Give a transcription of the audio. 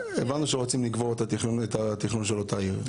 הבנו שרוצים לקבור את התכנון של אותה עיר.